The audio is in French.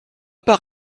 pas